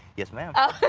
yes, ma'am. ah yeah